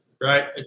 right